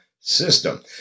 system